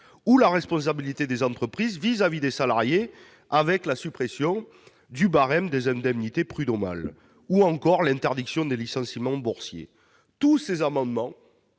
la responsabilité des entreprises à l'égard des salariés avec la suppression du barème des indemnités prud'homales ou encore l'interdiction des licenciements boursiers. Tous ces amendements